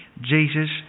Jesus